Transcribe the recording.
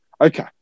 Okay